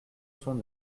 son